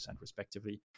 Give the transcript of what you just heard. respectively